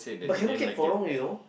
but cannot kept for long you know